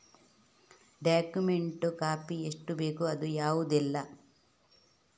Document copy ಎಷ್ಟು ಬೇಕು ಅದು ಯಾವುದೆಲ್ಲ?